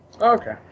Okay